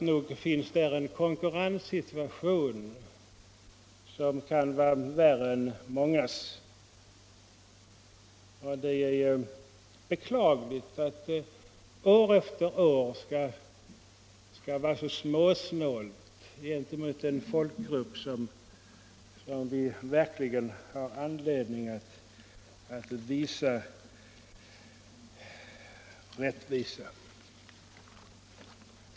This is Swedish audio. Nog finns där en konkurrenssituation som kan vara värre än många andra tidningars. Det är beklagligt att man i det här avseendet år efter år skall vara så snål gentemot en folkgrupp som vi verkligen har anledning att visa rättvisa. Herr talman!